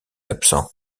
absent